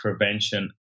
prevention